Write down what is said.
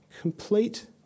complete